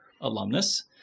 alumnus